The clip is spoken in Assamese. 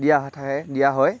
দিয়া দিয়া হয়